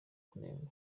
kunengwa